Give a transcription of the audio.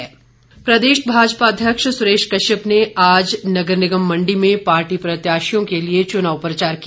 भाजपा प्रदेश भाजपा अध्यक्ष सुरेश कश्यप ने आज नगर निगम मंडी में पार्टी प्रत्याशियों के लिए चुनाव प्रचार किया